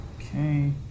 Okay